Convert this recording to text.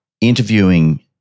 interviewing